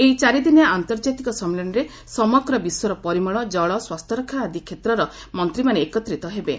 ଏହି ଚାରିଦିନିଆ ଆନ୍ତର୍ଜାତିକ ସମ୍ମିଳନୀରେ ସମଗ୍ର ବିଶ୍ୱର ପରିମଳ ଜଳ ସ୍ୱାସ୍ଥ୍ୟରକ୍ଷା ଆଦି କ୍ଷେତ୍ରର ମନ୍ତ୍ରୀମାନେ ଏକତ୍ରିତ ହେବେ